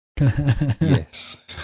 yes